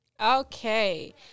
Okay